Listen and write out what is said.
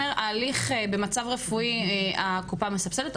שההליך במצב רפואי הקופה מסבסדת.